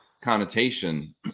connotation